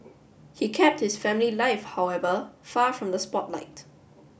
he kept his family life however far from the spotlight